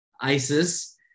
ISIS